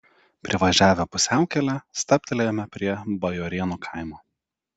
privažiavę pusiaukelę stabtelėjome prie bajorėnų kaimo